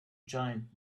giant